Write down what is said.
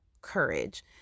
courage